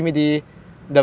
oh ya ya ya